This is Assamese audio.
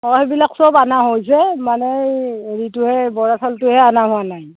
অ সেইবিলাক সব অনা হ'ল যে মানে এই হেৰিটোহে বৰা চাউলটোহে অনা হোৱা নাই